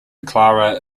clara